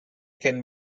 can